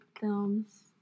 films